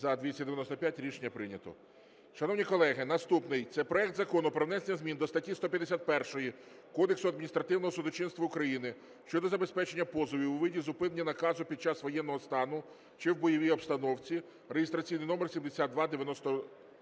За-295 Рішення прийнято. Шановні колеги, наступний. Це проект Закону про внесення змін до статті 151 Кодексу адміністративного судочинства України щодо забезпечення позовів у виді зупинення наказу під час воєнного стану чи в бойовій обстановці (реєстраційний номер 7292).